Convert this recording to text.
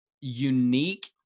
unique